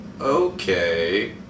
Okay